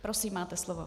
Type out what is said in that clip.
Prosím, máte slovo.